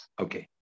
Okay